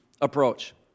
approach